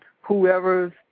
whoever's